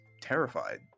terrified